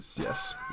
Yes